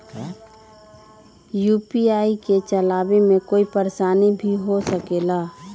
UPI के चलावे मे कोई परेशानी भी हो सकेला?